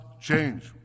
change